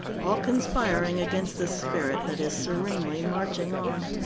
all conspiring against the spirit that is serenely marching on.